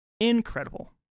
incredible